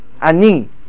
Ani